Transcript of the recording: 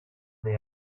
they